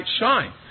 shine